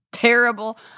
terrible